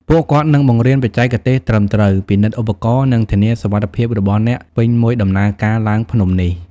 ពួកគាត់នឹងបង្រៀនបច្ចេកទេសត្រឹមត្រូវ ពិនិត្យឧបករណ៍ និងធានាសុវត្ថិភាពរបស់អ្នកពេញមួយដំណើរការឡើងភ្នំនេះ។